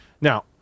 Now